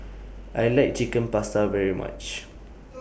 I like Chicken Pasta very much